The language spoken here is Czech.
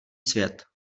svět